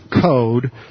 code